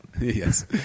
Yes